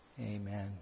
Amen